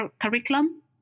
curriculum